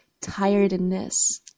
tiredness